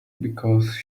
because